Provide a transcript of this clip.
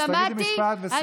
אז תגידי משפט לסיום.